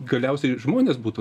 galiausiai žmonės būtų